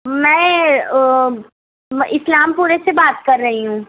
میں اسلام پورے سے بات کر رہی ہوں